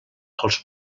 els